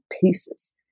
pieces